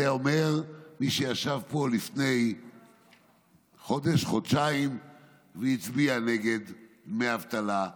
את זה אומר מי שישב פה לפני חודש-חודשיים והצביע נגד דמי אבטלה לעצמאים.